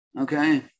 okay